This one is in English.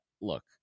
Look